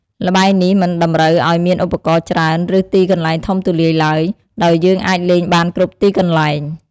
ល្បែងនេះមិនតម្រូវឱ្យមានឧបករណ៍ច្រើន ឬទីកន្លែងធំទូលាយឡើយ ដោយយើងអាចលេងបានគ្រប់ទីកន្លែង។